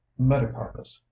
Metacarpus